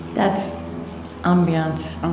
that's ambiance